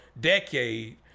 decade